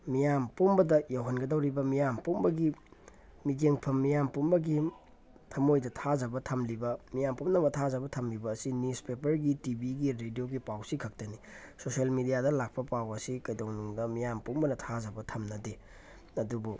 ꯃꯤꯌꯥꯝ ꯄꯨꯝꯕꯗ ꯌꯧꯍꯟꯒꯗꯧꯔꯤꯕ ꯃꯤꯌꯥꯝ ꯄꯨꯝꯕꯒꯤ ꯃꯤꯠꯌꯦꯡꯐꯝ ꯃꯤꯌꯥꯝ ꯄꯨꯝꯕꯒꯤ ꯊꯃꯣꯏꯗ ꯊꯥꯖꯕ ꯊꯝꯂꯤꯕ ꯃꯤꯌꯥꯝ ꯄꯨꯝꯅꯃꯛ ꯊꯥꯖꯕ ꯊꯝꯂꯤꯕ ꯑꯁꯤ ꯅ꯭ꯌꯨꯖꯄꯦꯄꯔꯒꯤ ꯇꯤ ꯕꯤꯒꯤ ꯔꯦꯗꯤꯑꯣꯒꯤ ꯄꯥꯎꯁꯤꯈꯛꯇꯅꯤ ꯁꯣꯁꯤꯌꯦꯜ ꯃꯦꯗꯤꯌꯥꯗ ꯂꯥꯛꯄ ꯄꯥꯎ ꯑꯁꯤ ꯀꯩꯗꯧꯅꯨꯡꯗ ꯃꯤꯌꯥꯝ ꯄꯨꯝꯕꯅ ꯊꯥꯖꯕ ꯊꯝꯅꯗꯦ ꯑꯗꯨꯕꯨ